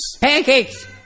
Pancakes